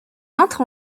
entre